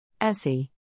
Essie